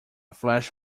flash